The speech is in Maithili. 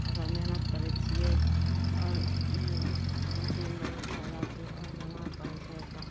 ओकर मेहनत करय छियै आओर मुर्गी पोसयमे बहुत फायदा छै आओर बीमार पड़य छै तऽ